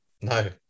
No